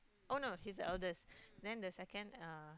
oh no he's the eldest then the second is uh